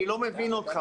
אני לא מבין אותך,